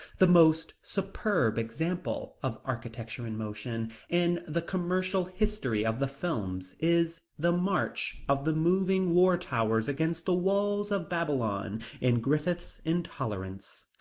the most superb example of architecture-in-motion in the commercial history of the films is the march of the moving war-towers against the walls of babylon in griffith's intolerance.